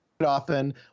often